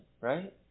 right